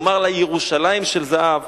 ואומר לה: ירושלים של זהב,